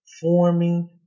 forming